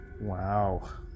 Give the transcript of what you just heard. Wow